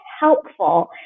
helpful